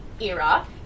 era